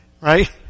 right